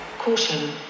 Caution